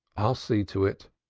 i'll see to it,